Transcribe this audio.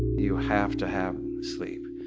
you have to have sleep.